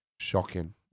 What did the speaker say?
Shocking